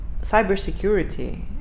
Cybersecurity